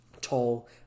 tall